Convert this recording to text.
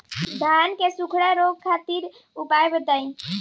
धान के सुखड़ा रोग खातिर उपाय बताई?